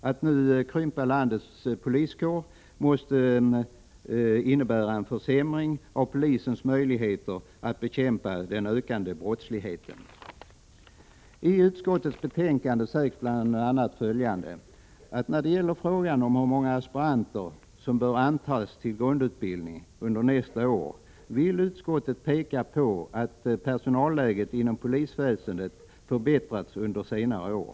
Att nu krympa landets poliskår måste innebära en försämring av polisens möjligheter att bekämpa den ökande brottsligheten. Utskottsmajoriteten anför bl.a. följande i betänkandet: ”När det gäller frågan hur många aspiranter som bör antas till grundutbildningen under nästa budgetår vill utskottet peka på att personalläget inom polisväsendet förbättrats under senare år”.